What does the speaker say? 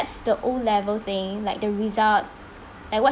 ~ps the O level thing like the result like what